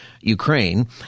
Ukraine